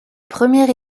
première